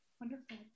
Wonderful